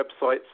websites